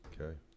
Okay